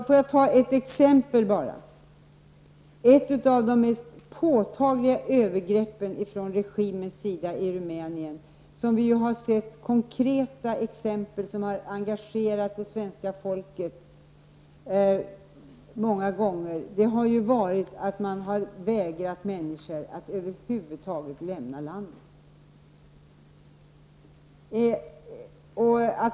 Fru talman! Ett av de mest påtagliga övergreppen från regimens sida i Rumänien, som vi ju har sett konkreta exempel på, vilka många gånger har engagerat det svenska folket, har ju varit att man har vägrat människor att över huvud taget lämna landet.